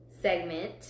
segment